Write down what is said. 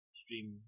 stream